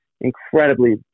incredibly